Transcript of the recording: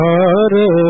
Hare